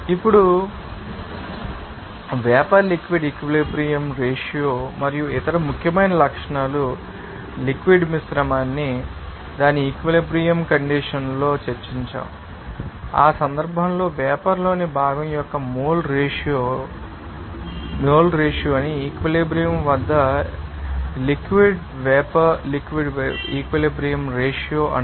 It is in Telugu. ఇప్పుడు అప్పుడు వేపర్ లిక్విడ్ ఈక్వలెబ్రియంరేషియో మరియు ఇతర ముఖ్యమైన లక్షణాలు లిక్విడ్ మిశ్రమాన్ని దాని ఈక్వలెబ్రియంకండీషన్ లో చర్చించాయి ఆ సందర్భంలో వేపర్ లోని భాగం యొక్క మోల్ రేషియో ని ఈక్వలెబ్రియం వద్ద లిక్విడ్ ానికి వేపర్ లిక్విడ్ ఈక్వలెబ్రియంరేషియో అంటారు